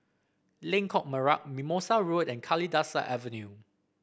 Lengkok Merak Mimosa Road and Kalidasa Avenue